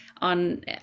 on